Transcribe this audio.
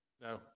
no